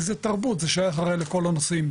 כי זה תרבות, זה שייך הרי לכל הנושאים.